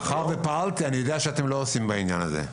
מאחר ופעלתי אני יודע שאתם לא עושים בעניין הזה.